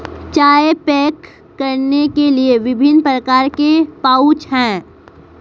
चाय पैक करने के लिए विभिन्न प्रकार के पाउच हैं